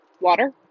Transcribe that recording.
water